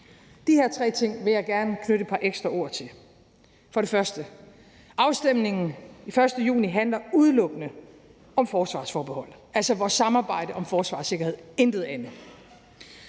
De tre ting vil jeg gerne knytte et par ekstra ord til. Som det første vil jeg sige, at afstemningen den 1. juni udelukkende handler om forsvarsforbeholdet, altså vores samarbejde om forsvar og sikkerhed – intet andet.